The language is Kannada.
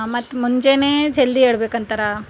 ಮತ್ತು ಮುಂಜಾನೆ ಜಲ್ದಿ ಹೇಳ್ಬೇಕಂತಾರೆ